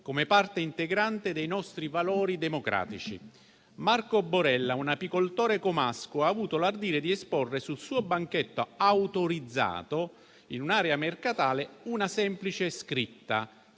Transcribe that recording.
come parte integrante dei nostri valori democratici. Marco Borella, un apicoltore comasco, ha avuto l'ardire di esporre, sul suo banchetto autorizzato, in un'area mercatale, una semplice scritta: